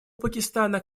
пакистана